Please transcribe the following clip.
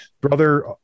Brother